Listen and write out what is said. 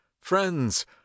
friends